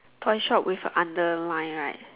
toy shop with a underline right